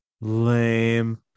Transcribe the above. lame